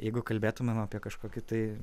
jeigu kalbėtumėm apie kažkokį tai